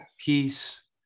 peace